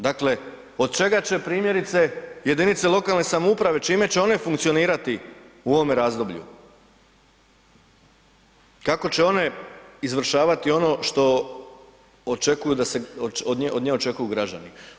Dakle, od čega će primjerice jedinice lokalne samouprave, čime će one funkcionirati u ovome razdoblju, kako će one izvršavati ono što očekuju da se, od nje očekuju građani.